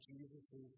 Jesus